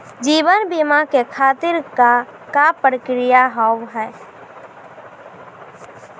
जीवन बीमा के खातिर का का प्रक्रिया हाव हाय?